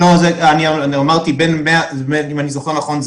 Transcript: אם אני זוכר נכון,